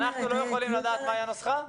אנחנו לא יכולים לדעת מהי הנוסחה?